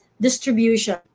distribution